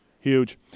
Huge